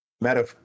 Matter